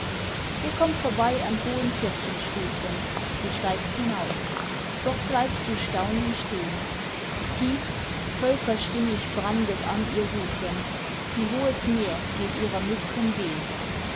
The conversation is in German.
ihr kommt vorbei an hohen kirchenstufen du steigst hinauf dort bleibst du staunend stehn tief völkerstimmig brandet an ihr rufen wie hohes meer geht ihrer mützen wehn